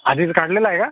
आधीचं काढलेलं आहे का